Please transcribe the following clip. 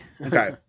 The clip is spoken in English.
okay